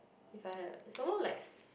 if I had some more like